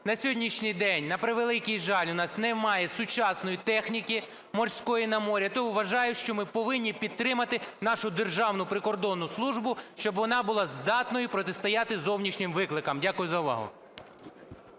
На сьогоднішній день, на превеликий жаль, у нас немає сучасної техніки морської на морі, тому вважаю, що ми повинні підтримати нашу Державну прикордонну службу, щоб вона була здатною протистояти зовнішнім викликам. Дякую за увагу.